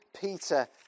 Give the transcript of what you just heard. Peter